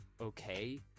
okay